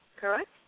correct